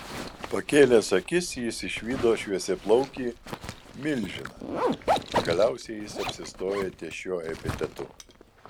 pakėlęs akis jis išvydo šviesiaplaukį milžiną galiausiai jis apsistojo ties šiuo epitetu